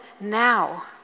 now